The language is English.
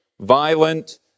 violent